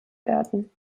werden